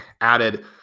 added